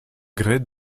grès